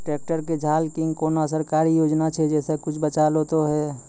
Tractor के झाल किंग कोनो सरकारी योजना छ जैसा कुछ बचा तो है ते?